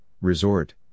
resort